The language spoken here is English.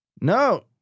No